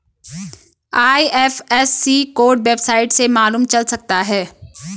IFSC code website से मालूम चल सकता है